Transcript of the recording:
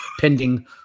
pending